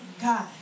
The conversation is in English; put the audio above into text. God